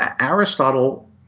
Aristotle